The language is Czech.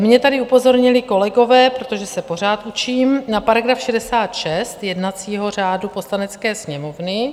Mě tady upozornili kolegové, protože se pořád učím, na § 66 jednacího řádu Poslanecké sněmovny.